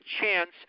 chance